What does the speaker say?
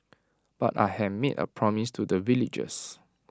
but I had made A promise to the villagers